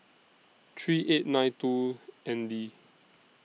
three eight nine two N D